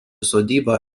sodyba